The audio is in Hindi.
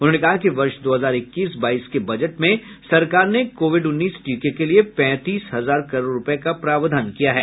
उन्होंने कहा कि वर्ष दो हजार इक्कीस बाईस के बजट में सरकार ने कोविड उन्नीस टीके के लिए पैंतीस हजार करोड रुपये का प्रावधान किया है